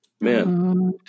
Man